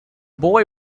boy